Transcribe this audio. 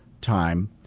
time